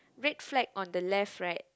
red flag on the left right